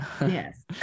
Yes